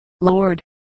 Lord